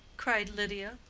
cried lydia,